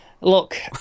Look